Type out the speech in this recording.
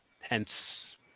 Hence